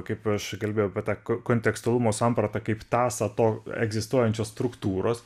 kaip aš kalbėjau apie tą ko kontekstualumo sampratą kaip tąsą to egzistuojančios struktūros